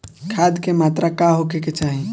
खाध के मात्रा का होखे के चाही?